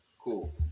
Cool